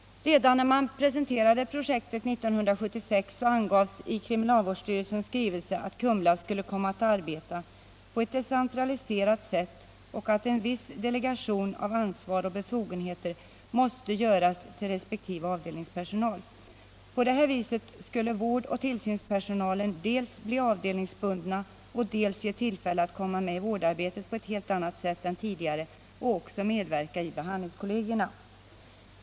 vp att man kommer att uppleva det här beskedet med stark besvikelse samheten på Kum skrivelse att Kumla skulle komma att arbeta på ett decentraliserat sätt och att en viss delegation av ansvar och befogenheter måste göras ull resp. avdelningspersonal. På det viset skulle värd och tullsynspersonaten dels bli avdelningsbunden, dels ges tillfälle att Komma med i vårdarbetet på ett helt annat sätt än tidigare och också medverka i behandlingskollegicrnu.